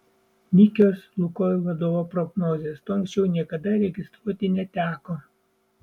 nykios lukoil vadovo prognozės to anksčiau niekada registruoti neteko